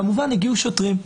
כמובן הגיעו שוטרים.